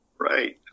Right